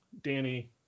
Danny